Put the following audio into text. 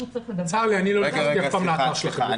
צר לי, אני אף פעם לא נכנסתי לאתר שלכם.